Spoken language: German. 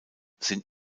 sind